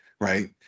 right